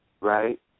right